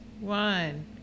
one